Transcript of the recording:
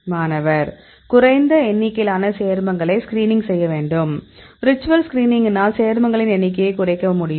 மாணவர் குறைந்த எண்ணிக்கையிலான சேர்மங்களை ஸ்கிரீனிங் செய்ய வேண்டும் விர்ச்சுவல் ஸ்கிரீனிங்கினால் சேர்மங்களின் எண்ணிக்கையை குறைக்க முடியும்